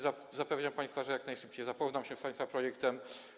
Zapewniam państwa, że jak najszybciej zapoznam się z państwa projektem.